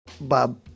Bob